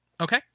Okay